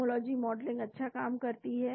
homology modelling अच्छा काम करती है